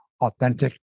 authentic